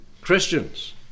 christians